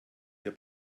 wir